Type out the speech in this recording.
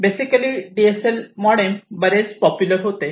basically ADSL modem बरेच popular होते